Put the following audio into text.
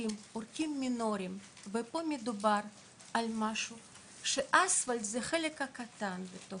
אורחים אורחים מינוריים ופה מדובר על משהו שאספלט זה החלק הקטן שבו